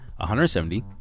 170